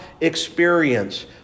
experience